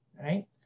right